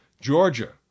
Georgia